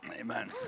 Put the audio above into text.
Amen